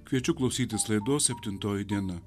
kviečiu klausytis laidos septintoji diena